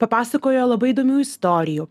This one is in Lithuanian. papasakojo labai įdomių istorijų